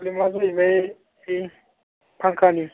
प्रब्लेमा जाहैबाय बे फांखानि